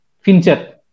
Fincher